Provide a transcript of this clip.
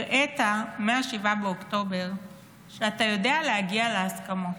הראית מ-7 באוקטובר שאתה יודע להגיע להסכמות.